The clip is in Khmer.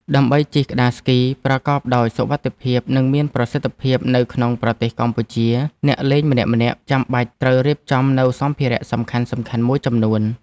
ដើម្បីជិះក្ដារស្គីប្រកបដោយសុវត្ថិភាព និងមានប្រសិទ្ធភាពនៅក្នុងប្រទេសកម្ពុជា អ្នកលេងម្នាក់ៗចាំបាច់ត្រូវរៀបចំនូវសម្ភារៈសំខាន់ៗមួយចំនួន។